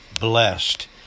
blessed